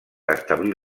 establir